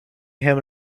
him